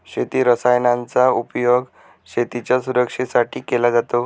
शेती रसायनांचा उपयोग शेतीच्या सुरक्षेसाठी केला जातो